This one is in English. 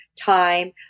time